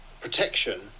protection